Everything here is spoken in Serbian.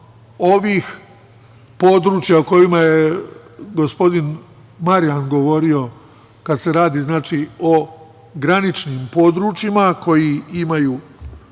ovih područja o kojima je gospodin Marijan govorio, kada se radi o graničnim područjima, koja imaju,